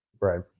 right